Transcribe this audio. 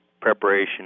preparation